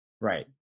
Right